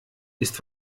ist